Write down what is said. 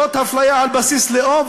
זאת הפליה על בסיס לאום,